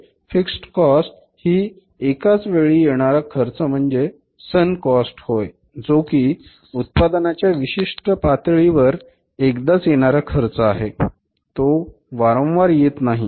म्हणजे fixed cost ही एकाच वेळी येणारा खर्च म्हणजे सण कॉस्ट होय जो की उत्पादनाच्या विशिष्ट पातळीपर्यंत एकदाच येणारा खर्च आहे तो वारंवार येत नाही